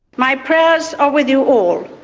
my prayers are with you all,